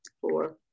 four